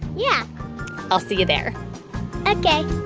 yeah i'll see you there ok